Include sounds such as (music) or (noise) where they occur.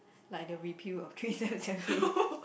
like the repeal of three seven seven A (laughs)